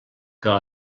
que